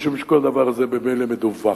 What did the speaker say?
משום שכל הדבר הזה ממילא מדווח.